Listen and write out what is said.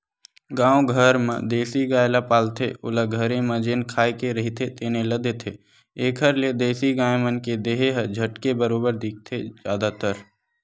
गाँव घर म देसी गाय ल पालथे ओला घरे म जेन खाए के रहिथे तेने ल देथे, एखर ले देसी गाय मन के देहे ह झटके बरोबर दिखथे जादातर